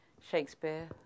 Shakespeare